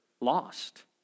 lost